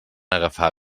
agafar